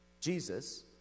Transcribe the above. Jesus